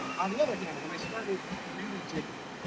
on the other hand, when i started really digging,